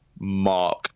mark